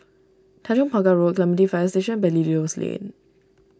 Tanjong Pagar Road Clementi Fire Station Belilios Lane